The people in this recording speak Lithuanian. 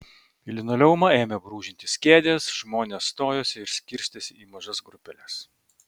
į linoleumą ėmė brūžintis kėdės žmonės stojosi ir skirstėsi į mažas grupeles